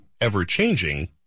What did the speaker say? ever-changing